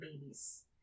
babies